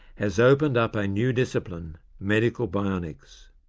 has opened up a new discipline medical bionics.